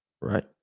right